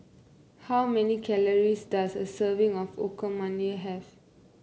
how many calories does a serving of Okonomiyaki have